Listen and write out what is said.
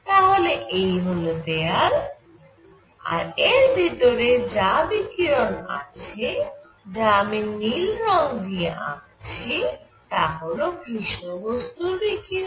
তাহলে এই হল দেওয়াল আর এর ভিতরে যা বিকিরণ আছে যা আমি নীল রঙ দিয়ে আঁকছি তা হল কৃষ্ণ বস্তুর বিকিরণ